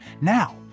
Now